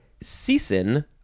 season